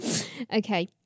Okay